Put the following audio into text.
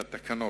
תקנות,